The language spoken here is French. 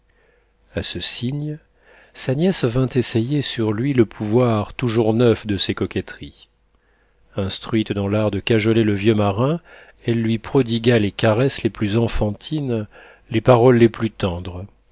à ce signe sa nièce vint essayer sur lui le pouvoir toujours neuf de ses coquetteries instruite dans l'art de cajoler le vieux marin elle lui prodigua les caresses les plus enfantines les paroles les plus tendres